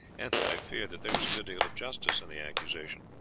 and i fear that there was a good deal of justice in the accusation.